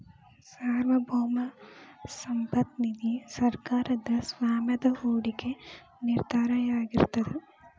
ಸಾರ್ವಭೌಮ ಸಂಪತ್ತ ನಿಧಿ ಸರ್ಕಾರದ್ ಸ್ವಾಮ್ಯದ ಹೂಡಿಕೆ ನಿಧಿಯಾಗಿರ್ತದ